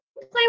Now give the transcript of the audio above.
play